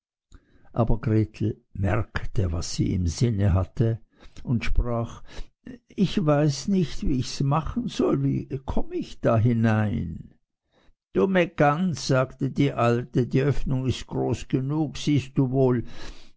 aber gretel merkte was sie im sinn hatte und sprach ich weiß nicht wie ichs machen soll wie komm ich da hinein dumme gans sagte die alte die öffnung ist groß genug siehst du wohl